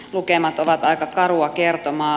lukemat ovat aika karua kertomaa